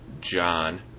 John